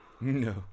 No